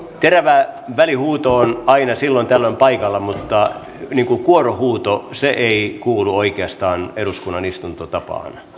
terävä välihuuto on aina silloin tällöin paikallaan mutta niin kuin kuorohuuto ei kuulu oikeastaan eduskunnan istuntotapaan